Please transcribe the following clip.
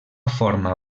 forma